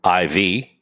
IV